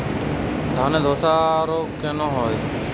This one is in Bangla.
ধানে ধসা রোগ কেন হয়?